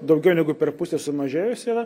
daugiau negu per pusę sumažėjus yra